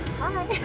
Hi